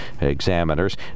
examiners